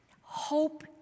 Hope